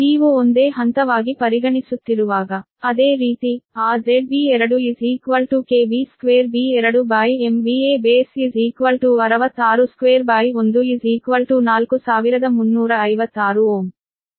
ನೀವು ಒಂದೇ ಹಂತವಾಗಿ ಪರಿಗಣಿಸುತ್ತಿರುವಾಗ ಸ್ಲೈಡ್ ಸಮಯವನ್ನು ನೋಡಿ 0756 ಅದೇ ರೀತಿ ಆ ZB2 B22Base 6621 4356 Ω